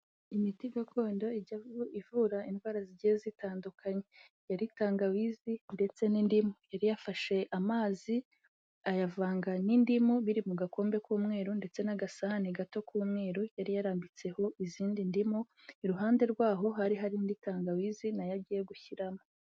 Imiti gakondo ijya ivura indwara zigiye zitandukanye, yari tangawizi ndetse n'indimu. Yari yafashe amazi ayavanga n'indimu, biri mu gakombe k'umweru ndetse n'agasahani gato k'umweru, yari yarambitseho izindi ndimu, iruhande rwaho hari hari indi tangawizi na yo agiye gushyiramo.